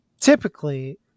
typically